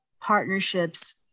partnerships